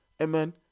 amen